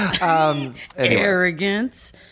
Arrogance